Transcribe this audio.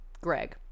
Greg